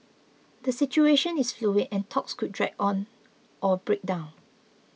the situation is fluid and talks could drag on or break down